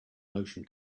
motion